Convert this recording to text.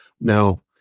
Now